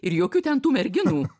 ir jokių ten tų merginų